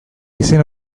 izen